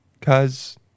Cause